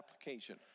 application